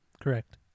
Correct